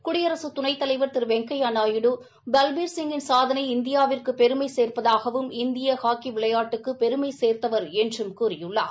குடியரசுத் துணைத்தலைவர் திரு வெங்கையாநாயுடு பல்பீல்சிங்கின் சாதனை இந்தியாவிற்கு பெருமை சேர்ப்பதாகவும் இந்திய ஹாக்கி விளையாட்டுக்கு பெருமையை சேர்த்தவர் என்றும் கூறியுள்ளார்